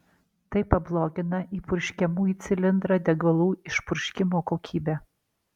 tai pablogina įpurškiamų į cilindrą degalų išpurškimo kokybę